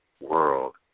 world